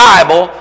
Bible